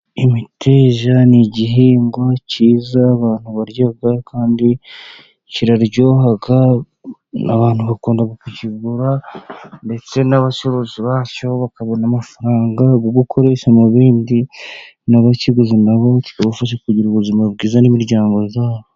Imiteja ni igihingwa cyiza abantu barya kandi kiraryoha . Abantu bakunda kuyigura ndetse n'abacuruzi ba yo bakabona amafaranga yo gukoresha mu bindi ,n'abayiguze na bo bibafasha kugira ubuzima bwiza n'imiryango yabo.